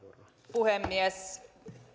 puhemies